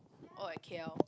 or at K_L